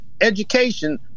Education